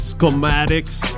Schematics